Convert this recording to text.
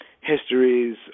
histories